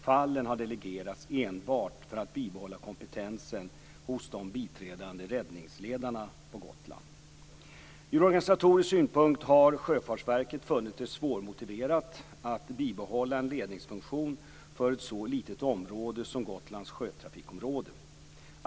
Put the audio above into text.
Fallen har delegerats enbart för att bibehålla kompetensen hos de biträdande räddningsledarna på Gotland. Ur organisatorisk synpunkt har Sjöfartsverket funnit det svårmotiverat att bibehålla en ledningsfunktion för ett så litet område som Gotlands sjötrafikområde.